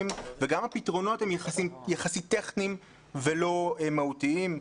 וגם הפתרונות הם יחסית טכניים ולא מהותיים.